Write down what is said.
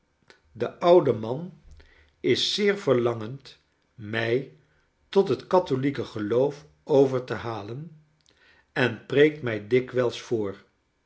de oude man is zeer verlangend mij tot het katholieke geloof over te halen en preekt mij dikwijls voor